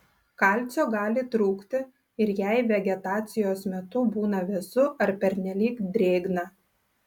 kalcio gali trūkti ir jei vegetacijos metu būna vėsu ar pernelyg drėgna